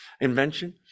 invention